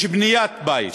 יש בניית בית.